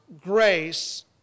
grace